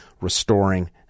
Restoring